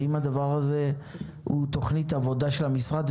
האם הדבר הזה הוא תוכנית עבודה של המשרד?